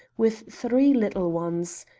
with three little ones.